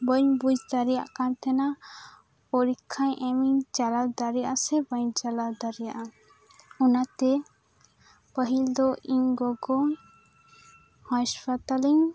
ᱵᱟᱹᱧ ᱵᱩᱡ ᱫᱟᱲᱮᱭᱟᱜ ᱠᱟᱱ ᱛᱟᱦᱮᱸᱱᱟ ᱯᱚᱨᱤᱠᱠᱷᱟ ᱮᱢ ᱤᱧ ᱪᱟᱞᱟᱣ ᱫᱟᱲᱮᱭᱟᱜ ᱼᱟ ᱥᱮ ᱵᱟᱹᱧ ᱪᱟᱞᱟᱣ ᱫᱟᱲᱮᱭᱟᱜᱼᱟ ᱚᱱᱟᱛᱮ ᱯᱟᱹᱦᱤᱞ ᱫᱚ ᱤᱧ ᱜᱚᱜᱚ ᱦᱟᱥᱯᱟᱛᱟᱞᱤᱧ